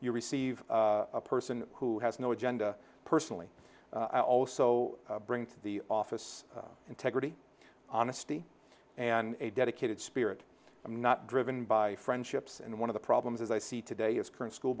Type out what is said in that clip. you receive a person who has no agenda personally i also bring to the office integrity honesty and a dedicated spirit i'm not driven by friendships and one of the problems as i see today is current school